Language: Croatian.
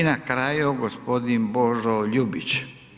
I na kralju gospodin Božo Ljubić.